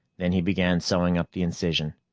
then he began sewing up the incision.